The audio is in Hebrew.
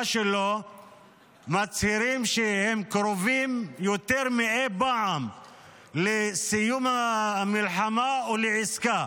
שלו מצהירים שהם קרובים יותר מאי-פעם לסיום המלחמה ולעסקה